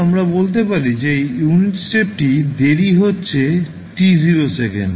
আমরা বলতে পারি যে ইউনিট স্টেপটি দেরি হচ্ছে t0 সেকেন্ড